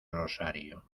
rosario